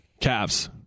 Cavs